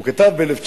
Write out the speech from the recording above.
הוא כתב ב-1923,